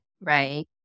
Right